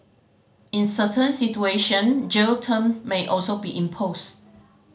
in certain situation jail term may also be imposed